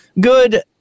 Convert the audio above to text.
good